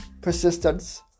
persistence